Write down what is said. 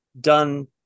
done